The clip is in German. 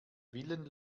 willen